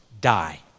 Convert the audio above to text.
die